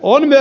oikea